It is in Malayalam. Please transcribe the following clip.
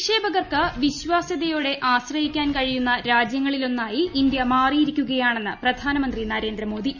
നിക്ഷേപകർക്ക് വിശ്വാസ്യതയോടെ ആശ്രയിക്കാൻ കഴിയുന്ന രാജ്യങ്ങളിലൊന്നായി ഇന്ത്യ മാറിയിരിക്കുകയാണെന്ന് പ്രധാനമന്ത്രി നരേന്ദ്രമോദി